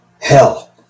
Hell